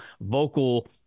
vocal